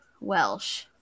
Welsh